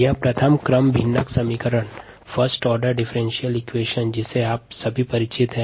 dxvdt kdxv यह first order differential equation है जिससे आप सभी परिचित हैं